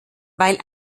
weil